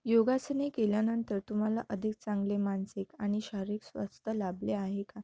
योगासने केल्यानंतर तुम्हाला अधिक चांगले मानसिक आणि शारीरिक स्वास्थ्य लाभले आहे का